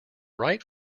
right